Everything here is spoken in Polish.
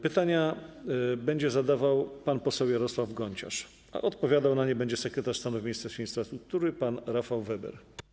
Pytania będzie zadawał pan poseł Jarosław Gonciarz, a odpowiadał na nie będzie sekretarz stanu w Ministerstwie Infrastruktury pan Rafał Weber.